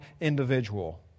individual